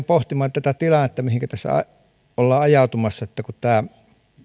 pohtimaan tätä tilannetta mihinkä tässä ollaan ajautumassa kun tämä